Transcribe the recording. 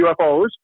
UFOs